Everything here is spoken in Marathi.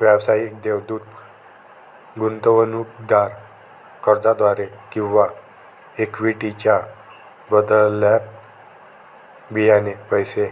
व्यावसायिक देवदूत गुंतवणूकदार कर्जाद्वारे किंवा इक्विटीच्या बदल्यात बियाणे पैसे